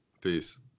Peace